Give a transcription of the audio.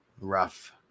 Rough